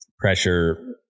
pressure